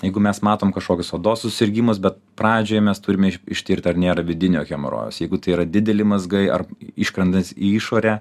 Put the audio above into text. jeigu mes matom kažkokius odos susirgimus bet pradžioje mes turime ištirti ar nėra vidinio hemorojaus jeigu tai yra dideli mazgai ar iškrandas į išorę